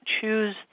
choose